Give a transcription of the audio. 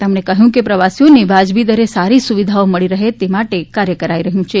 તેમણે કહ્યું કે પ્રવાસીઓને વાજબી દરે સારી સુવિધાઓ મળી રહે તે માટે કાર્ય કરાઈ રહ્યું છે